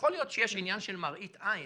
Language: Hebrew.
יכול להיות שיש עניין של מראית עין,